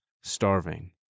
starving